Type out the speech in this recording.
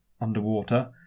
underwater